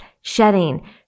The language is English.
shedding